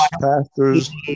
pastors